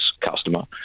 customer